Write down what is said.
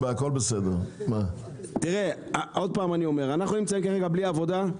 אנחנו כרגע בלי עבודה.